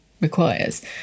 requires